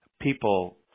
people